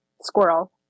Squirrel